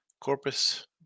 Corpus